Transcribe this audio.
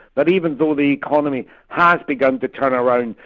that even though the economy has begun to turn around,